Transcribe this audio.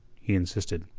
he insisted.